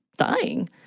Dying